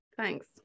thanks